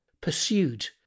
pursued